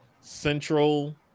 Central